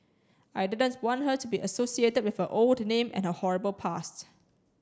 I didn't want her to be associated with her old name and her horrible past